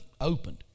opened